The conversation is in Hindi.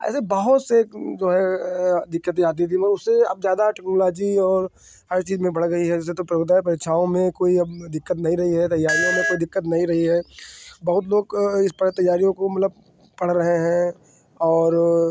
ऐसे बहुत से जो है दिक्कतें आती थीं मगर उससे अब ज़्यादा टेक्नोलॉजी और हर चीज़ में बढ़ गई है जैसे तो प्रतियोगिता परीक्षाओं में कोई अब दिक्कत नहीं रही है तैयारियों में कोई दिक्कत नहीं रही है बहुत लोग इस पढ़ तैयारियों को मतलब पढ़ रहे हैं और